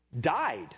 died